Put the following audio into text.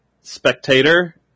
spectator